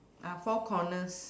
uh four corners